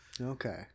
Okay